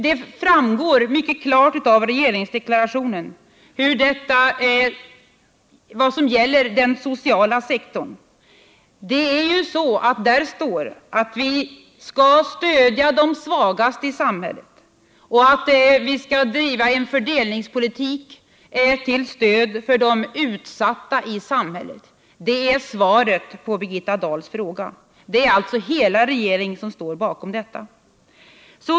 Det framgår mycket klart av regeringsdeklarationen vad som gäller för den sociala sektorn. Där står att vi skall stödja de svagaste i samhället och att vi skall driva en fördelningspolitik till stöd för de utsatta i samhället. Det är svaret på Birgitta Dahls fråga. Det är alltså hela regeringen som står bakom detta.